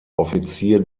offizier